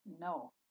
no